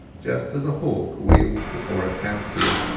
just as a hawk wheels before it pounces.